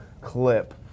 clip